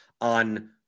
on